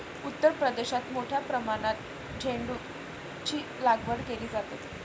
उत्तर प्रदेशात मोठ्या प्रमाणात झेंडूचीलागवड केली जाते